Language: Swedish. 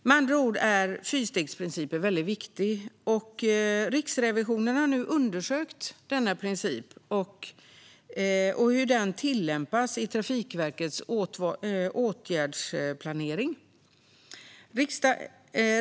Med andra ord är fyrstegsprincipen viktig. Riksrevisionen har nu undersökt hur denna princip tillämpas i Trafikverkets åtgärdsplanering.